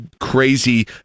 crazy